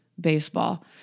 baseball